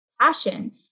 passion